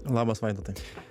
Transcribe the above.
labas vaidotai